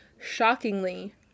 shockingly